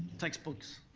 textbooks.